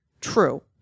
true